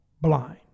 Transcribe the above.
blind